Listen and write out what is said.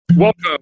Welcome